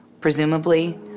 presumably